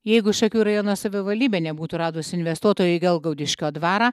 jeigu šakių rajono savivaldybė nebūtų radus investuotojo į gelgaudiškio dvarą